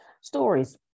Stories